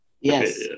yes